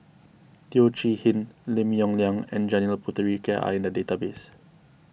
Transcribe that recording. Teo Chee Hean Lim Yong Liang and Janil Puthucheary are in the database